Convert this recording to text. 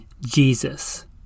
Jesus